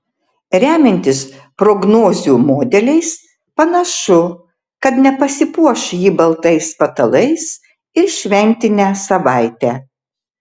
remiantis prognozių modeliais panašu kad nepasipuoš ji baltais patalais ir šventinę savaitę